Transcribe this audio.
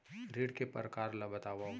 ऋण के परकार ल बतावव?